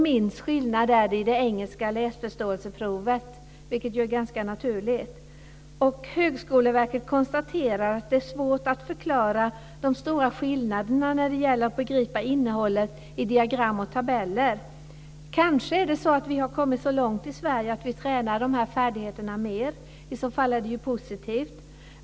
Minst skillnad är det i det engelska läsförståelseprovet, vilket ju är ganska naturligt. Högskoleverket konstaterar att det är svårt att förklara de stora skillnaderna när det gäller att begripa innehållet i diagram och tabeller. Kanske har vi kommit så långt i Sverige att vi tränar dessa färdigheter mer. I så fall är det ju positivt.